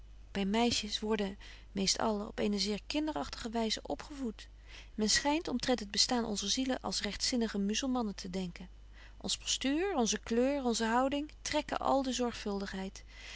wy meisjes worden meest allen op eene zeer kinderagtige wyze opgevoet men schynt omtrent het bestaan onzer zielen als rechtzinnige muzelmannen te denken ons postuur onze kleur onze houding trekken al de zorgvuldigheid